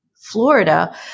Florida